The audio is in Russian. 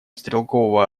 стрелкового